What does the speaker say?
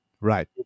right